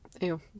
Ew